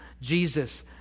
Jesus